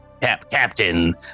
Captain